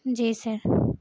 جی سر